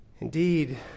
Indeed